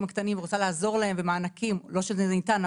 הקטנים ורוצה לעזור לנו במענקים לא שזה ניתן,